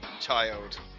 child